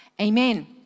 Amen